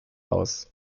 aus